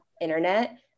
internet